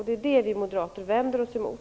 Det är det vi moderater vänder oss emot.